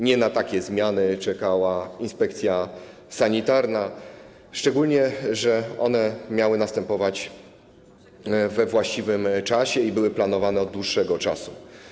Nie na takie zmiany czekała inspekcja sanitarna, szczególnie że miały one następować we właściwym czasie i były planowane od dłuższego czasu.